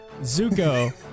Zuko